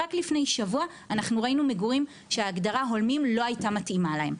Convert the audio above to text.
רק לפני שבוע אנחנו ראינו מגורים שההגדרה הולמים לא הייתה מתאימה להם.